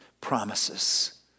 promises